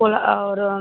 पोलाव और